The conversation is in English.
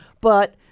but-